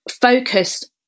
focused